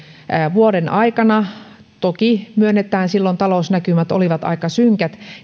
vuoden aikana toki myönnetään silloin talousnäkymät olivat aika synkät